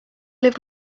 live